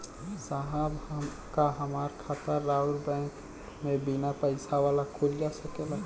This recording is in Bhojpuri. साहब का हमार खाता राऊर बैंक में बीना पैसा वाला खुल जा सकेला?